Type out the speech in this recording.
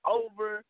over